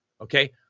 Okay